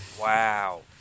Wow